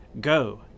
Go